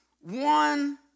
one